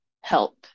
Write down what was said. help